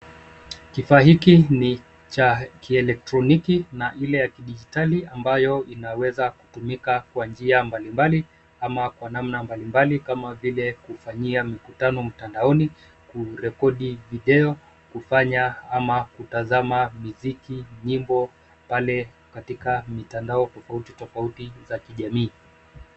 Kifaa hiki ni cha kielektroniki na kIle cha kidijitali ambacho kinaweza kutumika kwa njia mbalimbali ama kwa namna mbalimbali, kama vile kufanyia mikutano mtandaoni, kurekodi video, kufanya ama kutazama miziki, nyimbo pale katika mitandao tofauti tofauti za kijamii.